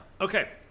Okay